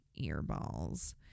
earballs